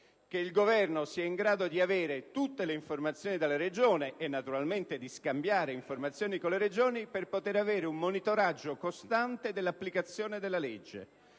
che il Governo sia in grado di ottenere tutte le informazioni dalla Regione (e naturalmente di scambiare informazioni con le Regioni) per poter avere un monitoraggio costante dell'applicazione della legge,